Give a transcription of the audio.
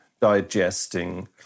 digesting